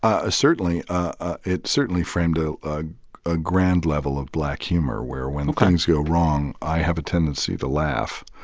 ah certainly. ah it certainly framed ah ah a grand level of black humor where when things go wrong i have a tendency to laugh.